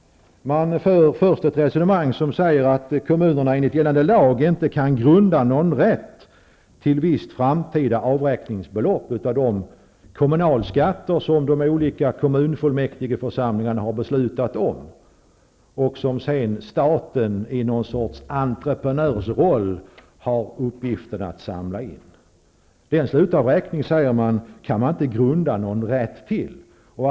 Man för först ett resonemang som går ut på att kommunerna enligt gällande lag inte kan grunda någon rätt till visst framtida avräkningsbelopp av de kommunalskatter som de olika kommunfullmäktigeförsamlingarna har fattat beslut om och som staten sedan i någon sorts entreprenörsroll har uppgiften att samla in. Den slutavräkningen kan man inte grunda någon rätt till, säger man.